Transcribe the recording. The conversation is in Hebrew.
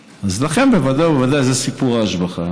לכן, בוודאי ובוודאי, זה סיפור ההשבחה